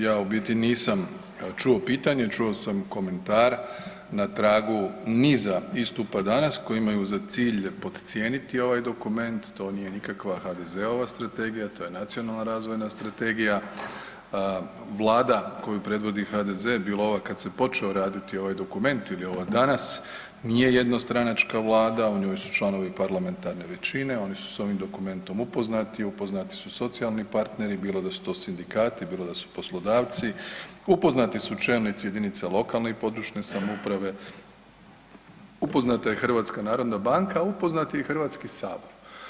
Ja u biti nisam čuo pitanje, čuo sam komentar tra gu niza istupa danas koji imaju za cilj podcijeniti ovaj dokument, to nije nikakva HDZ-ova strategija, to je nacionalna razvojna strategija, Vlada koju predvodi HDZ, bilo ova kad se počeo raditi ovaj dokument ili ova danas, nije jednostranačka Vlada, u njoj su članovi parlamentarne većine, oni su s ovim dokumentom upoznati, upoznati su socijalni partneri, bilo da su to sindikati, bilo da su poslodavci, upoznati su čelnici jedinica lokalne i područne samouprave, upoznata je HNB, upoznat je i Hrvatski sabor.